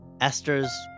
Esther's